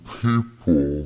people